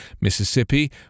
Mississippi